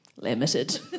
limited